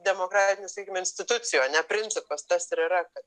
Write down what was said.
demokratinių sakykim institucijų ar ne principas tas ir yra kad